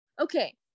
Okay